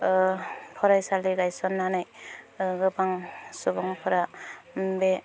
फरायसालि गायसननानै गोबां सुबुंफोरा बे